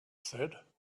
said